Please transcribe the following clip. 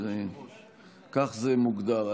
כך זה מוגדר,